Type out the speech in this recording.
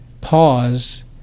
pause